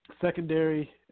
secondary